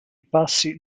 passi